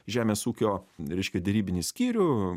žemės ūkio reiškia derybinį skyrių